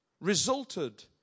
resulted